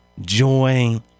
Joy